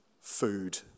food